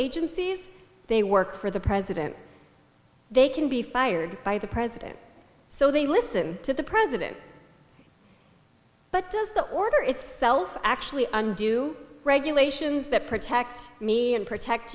agencies they work for the president they can be fired by the president so they listen to the president but does the order itself actually undo regulations that protect me and protect